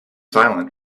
silent